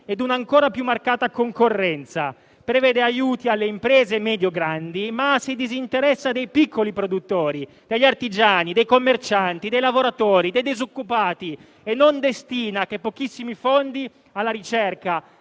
e un'ancora più marcata concorrenza; prevede aiuti alle imprese medio-grandi, ma si disinteressa dei piccoli produttori: degli artigiani, dei commercianti, dei lavoratori, dei disoccupati e non destina che pochissimi fondi alla ricerca